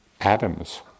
atoms